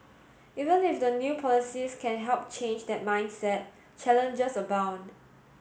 even if the new policies can help change that mindset challenges abound